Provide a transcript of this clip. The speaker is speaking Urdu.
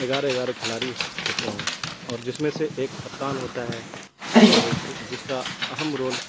گیارہ گیارہ کھلاڑی ہوتے ہیں اور جس میں سے ایک کپتان ہوتا ہے جو کہ جس کا اہم رول